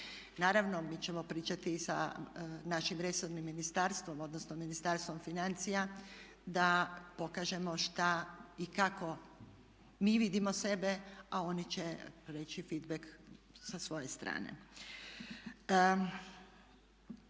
Naravno mi ćemo pričati i sa našim resornim ministarstvom, odnosno Ministarstvom financija, da pokažemo što i kako mi vidimo sebe, a oni će reći feedback sa svoje strane.